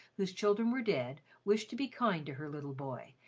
whose children were dead, wished to be kind to her little boy,